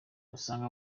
usanga